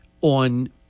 on